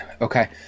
okay